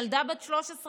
ילדה בת 13,